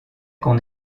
qu’on